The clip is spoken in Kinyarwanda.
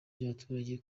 by’abaturage